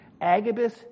Agabus